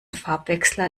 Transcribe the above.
farbwechsler